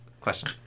Question